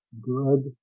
good